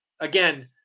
Again